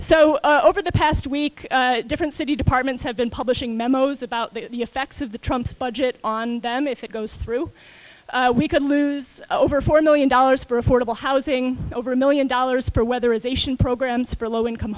so over the past week different city departments have been publishing memos about the effects of the trump's budget on them if it goes through we could lose over four million dollars for affordable housing over a million dollars for weather is ation programs for low income